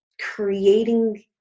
creating